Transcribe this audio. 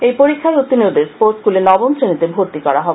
ওই পরীক্ষায় উত্তীর্নদের স্পোর্টস স্কুলে নবম শ্রেনীতে ভর্তি করানো হবে